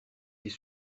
tes